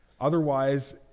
otherwise